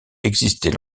existait